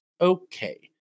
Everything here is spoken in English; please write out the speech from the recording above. Okay